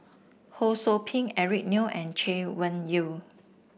Ho Sou Ping Eric Neo and Chay Weng Yew